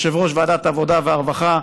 יושב-ראש ועדת העבודה והרווחה,